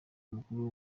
mukuru